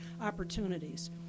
opportunities